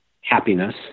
happiness